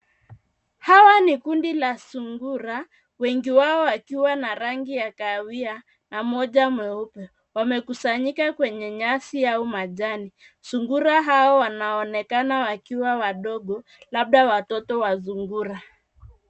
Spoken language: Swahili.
Hawa ni kundi la sungura wengi wao wakiwa na rangi ya kahawia na mmoja mweupe. Wamekusanyika kwenye nyasi au majani. Sungura hao wanaonekana wakiwa wadogo labda watoto wa sungura.